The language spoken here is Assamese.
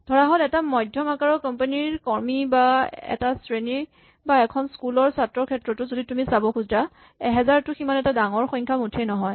ধৰাহ'ল এটা মধ্যম আকাৰৰ কোম্পানীৰ কৰ্মী বা এটা শ্ৰেণী বা এখন স্কুলৰ ছাত্ৰৰ ক্ষেত্ৰতো যদি তুমি চাব খোজা ১০০০ টো সিমান এটা ডাঙৰ সংখ্যা মুঠেই নহয়